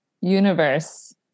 Universe